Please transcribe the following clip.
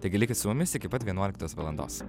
taigi likit su mumis iki pat vienuoliktos valandos